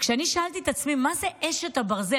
וכשאני שאלתי את עצמי מה זה אשת הברזל,